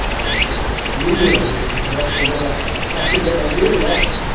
i sort of reel a bit as a philosopher, whether i could ever really offer,